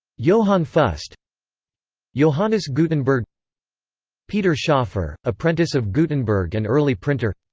johann fust johannes gutenberg peter schoffer, apprentice of gutenberg and early printer